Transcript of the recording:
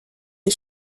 des